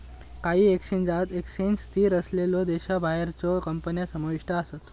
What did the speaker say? काही एक्सचेंजात एक्सचेंज स्थित असलेल्यो देशाबाहेरच्यो कंपन्या समाविष्ट आसत